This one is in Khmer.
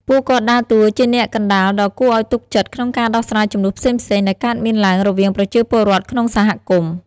ពួកគាត់ដើរតួជាអ្នកកណ្ដាលដ៏គួរឲ្យទុកចិត្តក្នុងការដោះស្រាយជម្លោះផ្សេងៗ ដែលកើតមានឡើងរវាងប្រជាពលរដ្ឋក្នុងសហគមន៍។